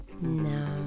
No